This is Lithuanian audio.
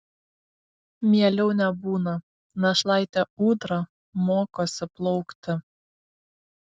mieliau nebūna našlaitė ūdra mokosi plaukti